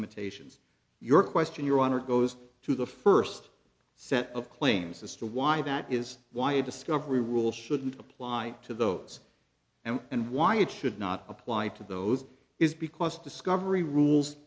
limitations your question your honor goes to the first set of claims as to why that is why a discovery rule shouldn't apply to those and and why it should not apply to those is because discovery rules